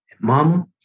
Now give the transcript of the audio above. mama